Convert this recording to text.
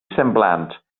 semblants